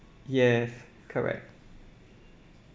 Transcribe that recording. yes correct